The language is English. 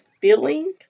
feeling